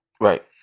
Right